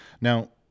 Now